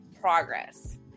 progress